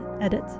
Edit